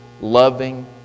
loving